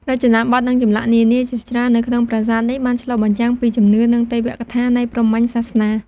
រចនាបថ និងចម្លាក់នានាជាច្រើននៅក្នុងប្រាសាទនេះបានឆ្លុះបញ្ចាំងពីជំនឿ និងទេវកថានៃព្រាហ្មណ៍សាសនា។